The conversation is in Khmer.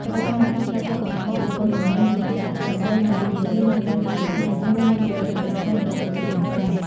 សរុបមក ការប្រើប្រាស់ឧបករណ៍បំពងសម្លេង និងការចាក់តន្រ្តីនៅលើយានយន្តបានក្លាយទៅជាផ្នែកមួយនៃជីវិតប្រចាំថ្ងៃរបស់ប្រជាជនខ្មែរ។